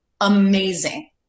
amazing